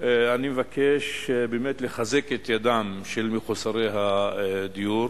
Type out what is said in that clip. אני מבקש באמת לחזק את ידיהם של מחוסרי הדיור